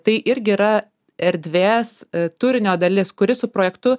tai irgi yra erdvės turinio dalis kuri su projektu